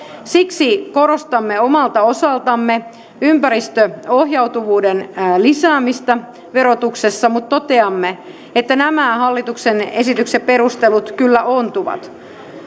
siksi korostamme omalta osaltamme ympäristöohjautuvuuden lisäämistä verotuksessa mutta toteamme että nämä hallituksen esityksen perustelut kyllä ontuvat